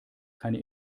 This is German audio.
keine